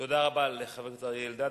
תודה רבה לחבר הכנסת אריה אלדד.